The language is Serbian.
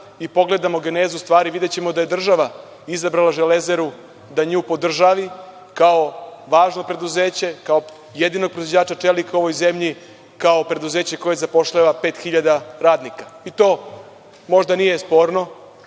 i pogledamo genezu stvari videćemo da je država izabrala „Železaru“ da nju podržava kao važno preduzeće, kao jedinog proizvođača čelika u ovoj zemlji, kao preduzeće koje zapošljava 5.000 radnika i to možda nije sporno